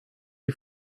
die